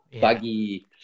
buggy